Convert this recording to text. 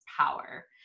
power